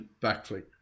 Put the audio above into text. backflip